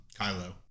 Kylo